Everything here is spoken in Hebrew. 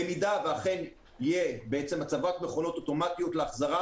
אם אכן תהיה הצבת מכונות אוטומטיות להחזרה